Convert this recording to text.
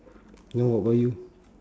then what about you